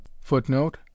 footnote